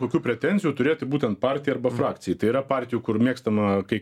kokių pretenzijų turėti būtent partijai arba frakcijai tai yra partijų kur mėgstama kai